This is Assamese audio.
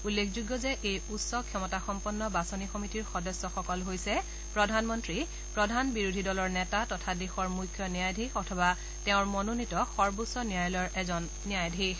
উল্লেখযোগ্য যে এই উচ্চ ক্ষমতাসম্পন্ন বাছনি সমিতিৰ সদস্যসকল হৈছে প্ৰধানমন্ত্ৰী প্ৰধান বিৰোধী দলৰ নেতা তথা দেশৰ মুখ্য ন্যায়াধীশ অথবা তেওঁৰ মনোনীত সৰ্বোচ্চ ন্যায়ালয়ৰ এজন ন্যায়াধীশ